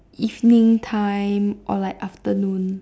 evening time or like afternoon